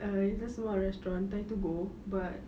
uh it's a small restaurant thai to go but